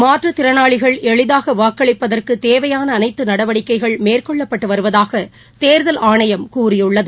மாற்றத் திறனாளிகள் எளிதாகவாக்களிப்பதற்குதேவையானஅனைத்தநடவடிக்கைகள் மேற்கொள்ளப்பட்டுவருவதாகதோதல் ஆணையம் கூறியுள்ளது